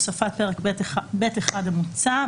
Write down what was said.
הוספת פרק ב'1 המוצע,